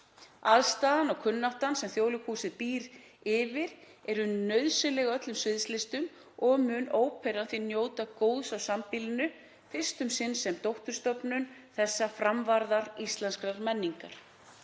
Aðstaðan og kunnáttan sem Þjóðleikhúsið býr yfir eru nauðsynleg öllum sviðslistum og mun óperan því njóta góðs af sambýlinu, fyrst um sinn sem dótturstofnun þessa framvarðar íslenskrar menningar.